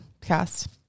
cast